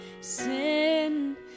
Sin